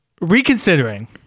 reconsidering